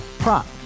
Prop